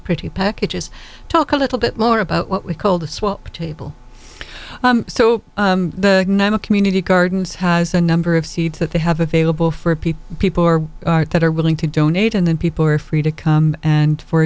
pretty packages talk a little bit more about what we call the swap table so the community gardens has a number of seeds that they have available for people people that are willing to donate and then people are free to come and for a